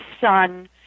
son